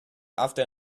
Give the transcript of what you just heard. after